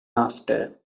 after